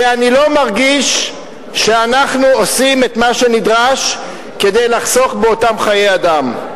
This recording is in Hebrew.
ואני לא מרגיש שאנחנו עושים את מה שנדרש כדי לחסוך באותם חיי אדם.